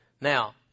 Now